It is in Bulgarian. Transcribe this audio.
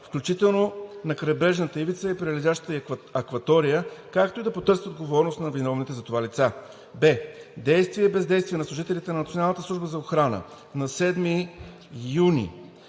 включително на крайбрежната ивица и прилежащата ѝ акватория, както и да потърсят отговорност на виновните за това лица; б) действията и бездействията на служители на Националната